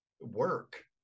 work